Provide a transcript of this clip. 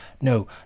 no